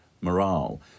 morale